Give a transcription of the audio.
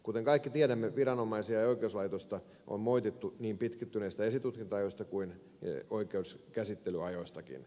kuten kaikki tiedämme viranomaisia ja oikeuslaitosta on moitittu niin pitkittyneistä esitutkinta ajoista kuin oikeuskäsittelyajoistakin